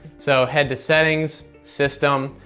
so head to settings, system,